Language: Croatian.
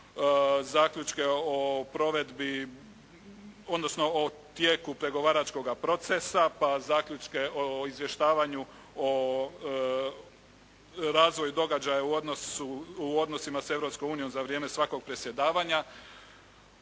odnosno o tijeku pregovaračkoga procesa pa zaključke o izvještavanju o razvoju događaja u odnosima s Europskom unijom za vrijeme svakog presjedavanja.